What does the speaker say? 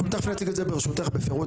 --- אנחנו תכף נציג את זה ברשותך בפירוט,